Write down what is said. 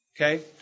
Okay